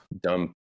dumb